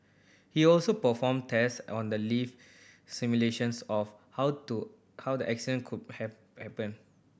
he also performed tests on the lift simulations of how to how the accident could have happened